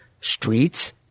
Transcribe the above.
streets